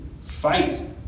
fight